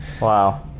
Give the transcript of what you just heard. Wow